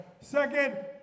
second